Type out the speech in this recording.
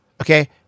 Okay